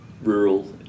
rural